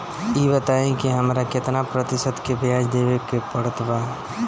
ई बताई की हमरा केतना प्रतिशत के ब्याज देवे के पड़त बा?